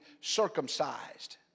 circumcised